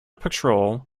patrol